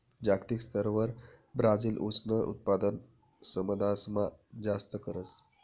जागतिक स्तरवर ब्राजील ऊसनं उत्पादन समदासमा जास्त करस